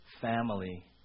family